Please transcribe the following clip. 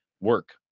work